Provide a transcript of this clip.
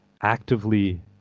actively